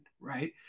Right